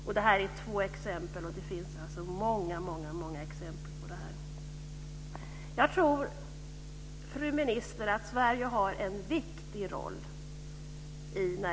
Fru talman!